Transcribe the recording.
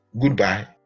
goodbye